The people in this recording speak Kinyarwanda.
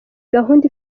gahunda